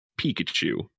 Pikachu